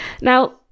Now